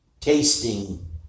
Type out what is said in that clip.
tasting